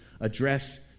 address